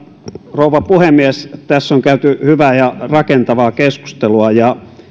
rouva puhemies tässä on käyty hyvää ja rakentavaa keskustelua ja